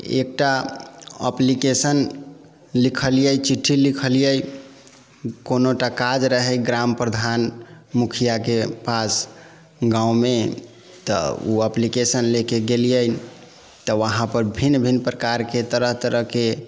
एकटा एप्लीकेशन लिखलियै चिट्ठी लिखलियै कोनो टा काज रहै ग्राम प्रधान मुखियाके पास गाममे तऽ ओ एप्लीकेशन ले के गेलियै तऽ वहाँपर भिन्न भिन्न प्रकारके तरह तरहके